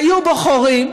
היו בו חורים,